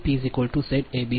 ઝૅએબીસી IP J વી